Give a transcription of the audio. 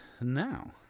now